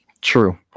true